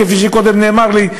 כפי שקודם אמר לי,